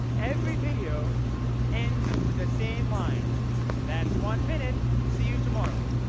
every video ends with the same line that's one minute. see you tomorrow!